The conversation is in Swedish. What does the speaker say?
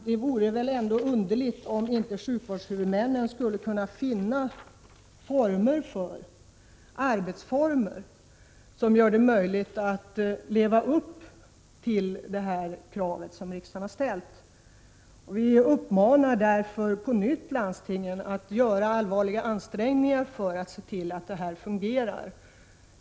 Det vore väl underligt om inte sjukvårdshuvudmännen skulle kunna finna arbetsformer som gör det möjligt att leva upp till det krav som riksdagen har ställt. Vi uppmanar därför på nytt landstingen att göra allvarliga ansträngningar för att se till att detta fungerar.